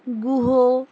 Guha